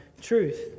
truth